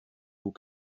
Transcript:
vous